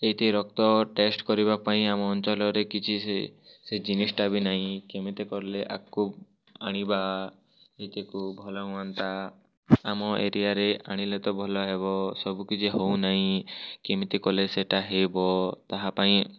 ଏଇଟି ରକ୍ତ ଟେଷ୍ଟ୍ କରିବା ପାଇଁ ଆମ ଅଞ୍ଚଳରେ କିଛି ସେ ସେ ଜିନିଷ୍ଟା ବି ନାଇଁ କେମିତି କଲେ ଆଗ୍କୁ ଆଣିବା ଏଇଟାକୁ ଭଲ ହୁଅନ୍ତା ଆମ ଏରିଆରେ ଆଣିଲେ ତ ଭଲ ହେବ ସବୁକିଛି ହେଉନାଇଁ କେମିତି କଲେ ସେଟା ହେବ ତାହା ପାଇଁ